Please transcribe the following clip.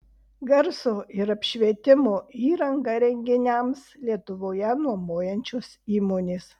garso ir apšvietimo įrangą renginiams lietuvoje nuomojančios įmonės